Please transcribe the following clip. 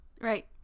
Right